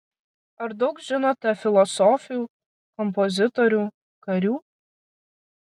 ar daug žinote filosofių kompozitorių karių